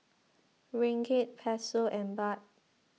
Ringgit Peso and Baht